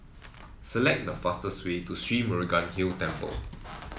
select the fastest way to Sri Murugan Hill Temple